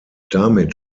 damit